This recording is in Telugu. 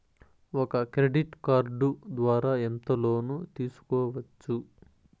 ఒక క్రెడిట్ కార్డు ద్వారా ఎంత లోను తీసుకోవచ్చు?